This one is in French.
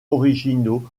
originaux